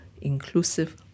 inclusive